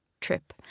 trip